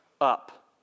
up